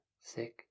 sick